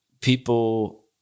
people